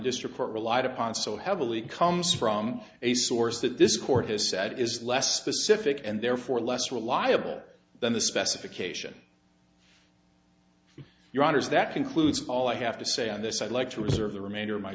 district court relied upon so heavily comes from a source that this court has said is less specific and therefore less reliable than the specification for your honour's that concludes all i have to say on this i'd like to reserve the remainder of my